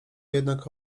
jednak